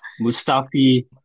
Mustafi